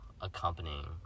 accompanying